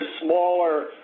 smaller